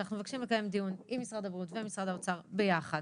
שאנחנו מבקשים לקיים דיון עם משרד הבריאות ומשרד האוצר ביחד,